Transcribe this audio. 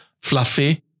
fluffy